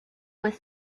was